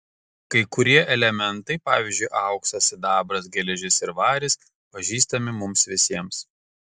kai kurie elementai pavyzdžiui auksas sidabras geležis ir varis pažįstami mums visiems